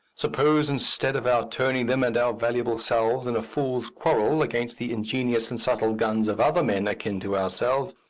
suppose instead of our turning them and our valuable selves in a fool's quarrel against the ingenious and subtle guns of other men akin to ourselves,